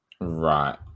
Right